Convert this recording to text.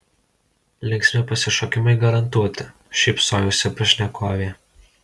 linksmi pasišokimai garantuoti šypsojosi pašnekovė